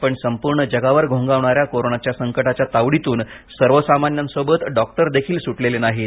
पण संपूर्ण जगावर घोंघावणाऱ्या कोरोनाचे संकटाच्या तावडीतून सर्वसामान्यांसोबत डॉक्टरदेखील सुटलेले नाहीत